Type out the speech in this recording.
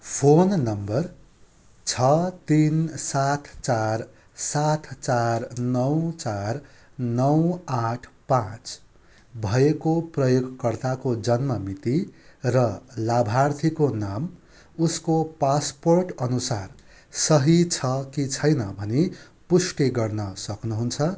phone number छ तिन सात चार सात चार नौ चार नौ आठ पाँच भएको प्रयोगकर्ताको जन्ममिति र लाभार्थीको नाम उसको पासपोर्ट अनुसार सही छ कि छैन भनी पुष्टि गर्न सक्नुहुन